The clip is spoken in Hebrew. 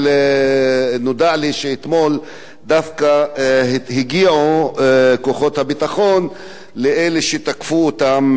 אבל נודע לי שאתמול דווקא הגיעו כוחות הביטחון לאלו שתקפו אותם